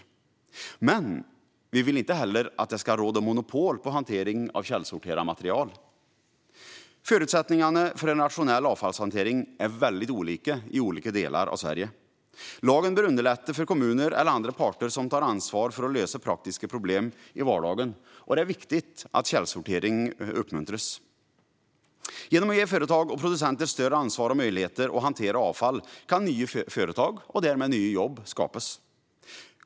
Men vi vill inte heller att det ska råda monopol på hantering av källsorterat material. Förutsättningarna för en rationell avfallshantering är väldigt olika i olika delar av Sverige. Lagen bör underlätta för kommuner eller andra parter som tar ansvar för att lösa praktiska problem i vardagen. Det är viktigt att källsortering uppmuntras. Genom att ge företag och producenter större ansvar och möjligheter att hantera avfall kan nya företag och därmed nya jobb skapas.